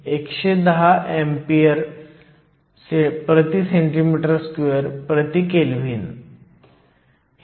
तर Iso 100 ची नवीन व्हॅल्यूज 100 स्क्वेअर Iso ची नवीन किंमत 373 केल्विन असेल